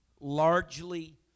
largely